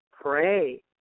Pray